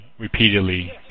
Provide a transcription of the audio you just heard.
repeatedly